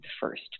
first